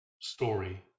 story